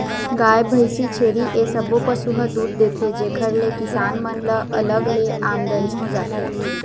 गाय, भइसी, छेरी ए सब्बो पशु ह दूद देथे जेखर ले किसान मन ल अलग ले आमदनी हो जाथे